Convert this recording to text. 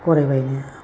गराय बायनो